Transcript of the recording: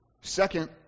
Second